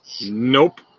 Nope